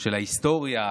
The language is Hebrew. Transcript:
של ההיסטוריה,